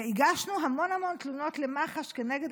והגשנו המון המון תלונות למח"ש כנגד